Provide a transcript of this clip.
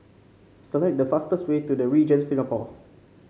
select the fastest way to The Regent Singapore